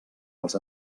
els